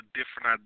Different